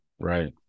right